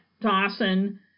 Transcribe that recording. Dawson